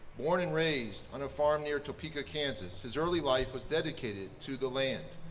born and raised on a farm near topeka, kansas his early life was dedicated to the land,